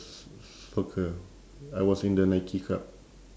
soccer I was in the nike cup